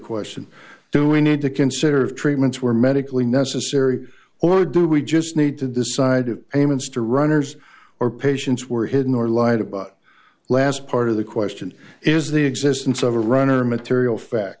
question do we need to consider of treatments were medically necessary or do we just need to decide of payments to runners or patients were hidden or lied about last part of the question is the existence of a runner material fact